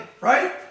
right